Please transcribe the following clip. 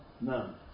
none